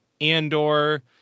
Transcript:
Andor